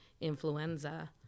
influenza